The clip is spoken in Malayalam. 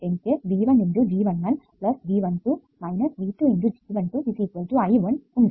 എനിക്ക് V1 × G11 G12 V2 × G12 I1 ഉണ്ട്